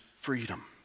freedom